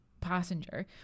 passenger